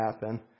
happen